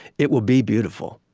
it will be beautiful.